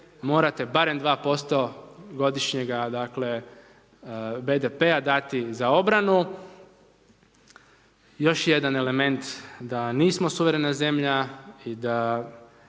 morate barem 2% godišnjega dakle BDP-a dati za obranu. Još jedan element da nismo suverena zemlja i da